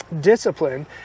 discipline